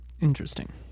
interesting